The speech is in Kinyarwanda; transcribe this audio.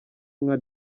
nka